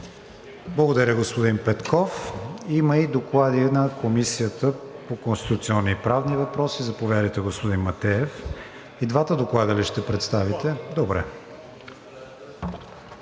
Благодаря, господин Петков. Има и доклади на Комисията по конституционни и правни въпроси. Заповядайте, господин Матеев. И двата доклада ли ще представите? Добре.